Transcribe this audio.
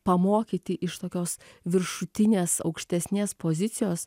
pamokyti iš tokios viršutinės aukštesnės pozicijos